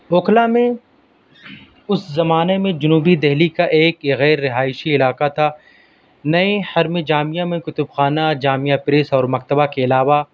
اوکھلا میں اس زمانے میں جنوبی دہلی کا ایک یہ غیر رہائشی علاقہ تھا نئے حرم جامعہ میں کتب خانے جامعہ پریس اور مکتبہ کے علاوہ